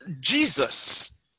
Jesus